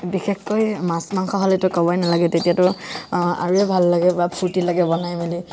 বিশেষকৈ মাছ মাংস হ'লেটো ক'বই নালাগে তেতিয়াটো আৰু এ ভাল লাগে বা ফূৰ্তি লাগে বনাই মেলি